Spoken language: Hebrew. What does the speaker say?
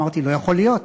אמרתי: לא יכול להיות,